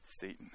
Satan